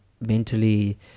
mentally